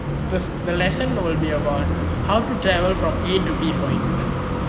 the lesson will be about how to travel from A to B for instance